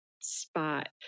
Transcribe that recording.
spot